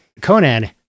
Conan